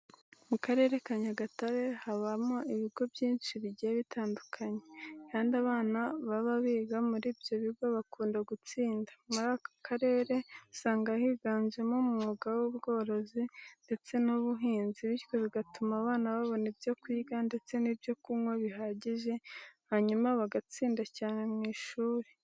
Mu karere ka Nyagatare habamo ibigo byinshi bigiye bitandukanye kandi abana baba biga muri ibyo bigo bakunda gutsinda. Muri aka karere usanga higanjemo umwuga w'ubworozi ndetse n'ubihinzi bityo bigatuma abana babona ibyo kurya ndetse n'ibyo kunywa bihagije hanyuma bagatsinda cyane mu ishuri.